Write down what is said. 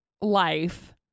life